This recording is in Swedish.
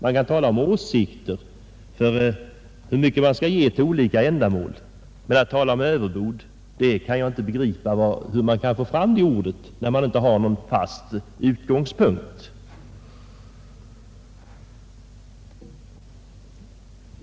Man kan tala om åsikter om hur mycket man skall ge till olika ändamål, men jag kan inte begripa hur man kan tala om överbud, när man inte har någon fast utgångspunkt.